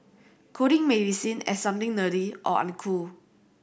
coding may be seen as something nerdy or uncool